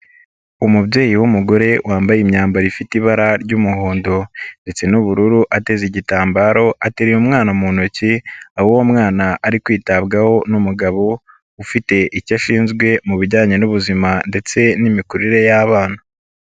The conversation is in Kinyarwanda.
Umubyeyi w'umugore wambaye imyambaro ifite ibara ry'umuhondo ndetse n'ubururu, ateza igitambaro, atereye umwana mu ntoki, aho uwo mwana ari kwitabwaho n'umugabo, ufite icyo ashinzwe mu bijyanye n'ubuzima ndetse n'imikurire y'abana.